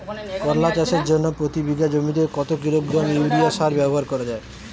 করলা চাষের জন্য প্রতি বিঘা জমিতে কত কিলোগ্রাম ইউরিয়া সার ব্যবহার করা হয়?